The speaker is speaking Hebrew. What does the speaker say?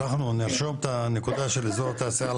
אנחנו נרשום את הנקודה של אזור תעשייה,